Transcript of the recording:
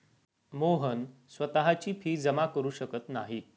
मोहन स्वतःची फी जमा करु शकत नाही